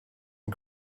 and